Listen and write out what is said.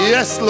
Yes